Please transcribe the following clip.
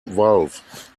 valve